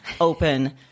open